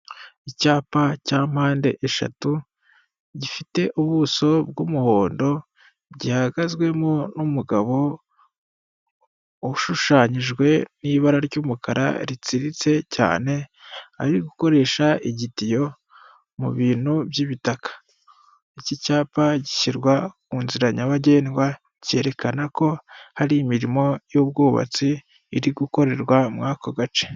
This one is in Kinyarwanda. Icyapa cya mpande eshatu, gifite ubuso bw'umuhondo, gihagazwemo n'umugabo ushushanyijwe n'ibara ry'umukara ritsiritse cyane, ari gukoresha igitiyo mu bintu by'ibitaka. Iki cyapa gishyirwa ku nzira nyabagendwa cyerekana ko hari imirimo y'ubwubatsi iri gukorerwa muri ako gace.